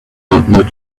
about